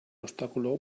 obstáculo